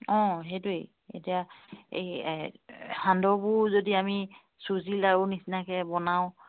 অঁ সেইটোৱেই এতিয়া এই সান্দহবোৰ যদি আমি চুজি লাড়ু নিচিনাকৈ বনাওঁ